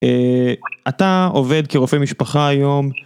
אתה עובד כרופא משפחה היום.